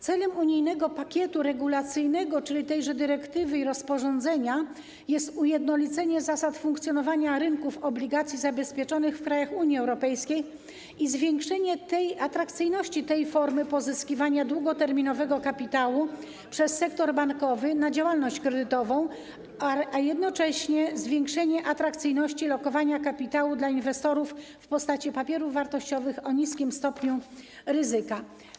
Celem unijnego pakietu regulacyjnego, czyli tej dyrektywy i tego rozporządzenia, jest ujednolicenie zasad funkcjonowania rynku obligacji zabezpieczonych w krajach Unii Europejskiej i zwiększenie atrakcyjności tej formy pozyskiwania długoterminowego kapitału przez sektor bankowy na działalność kredytową, a jednocześnie zwiększenie atrakcyjności lokowania kapitału dla inwestorów w postaci papierów wartościowych o niskim stopniu ryzyka.